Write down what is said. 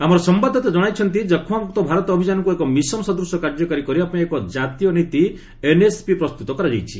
ଆମର ସମ୍ଭାଦଦାତା ଜଣାଇଛନ୍ତି ଯକ୍ଷ୍ମାମୁକ୍ତ ଭାରତ ଅଭିଯାନକୁ ଏକ ମିଶନ୍ ସଦୃଶ କାର୍ଯ୍ୟକାରୀ କରିବାପାଇଁ ଏକ ଜାତୀୟ ନୀତି ଏନ୍ଏସ୍ପି ପ୍ରସ୍ତୁତ କରାଯାଉଛି